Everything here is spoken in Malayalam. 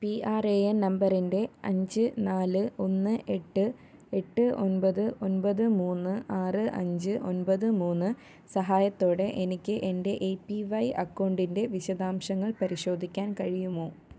പി ആര് എ എന് നമ്പറിന്റെ അഞ്ച് നാല് ഒന്ന് എട്ട് എട്ട് ഒമ്പത് ഒമ്പത് മൂന്ന് ആറ് അഞ്ച് ഒമ്പത് മൂന്ന് സഹായത്തോടെ എനിക്ക് എന്റെ എ പി വൈ അക്കൗണ്ടിന്റെ വിശദാംശങ്ങൾ പരിശോധിക്കാൻ കഴിയുമോ